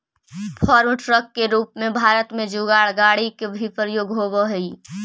farm truck के रूप में भारत में जुगाड़ गाड़ि के भी प्रयोग होवऽ हई